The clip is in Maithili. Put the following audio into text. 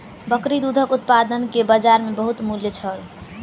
बकरी दूधक उत्पाद के बजार में बहुत मूल्य छल